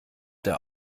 der